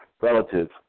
relative